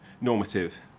normative